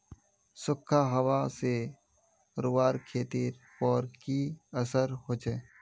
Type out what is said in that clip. सुखखा हाबा से रूआँर खेतीर पोर की असर होचए?